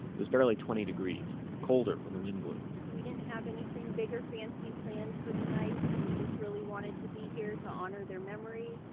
was barely twenty degrees. colder when the wind blew we didn't have anything big or fancy planned for tonight. we just really wanted to be here to honor their memory,